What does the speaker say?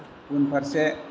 उनफारसे